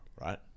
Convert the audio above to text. right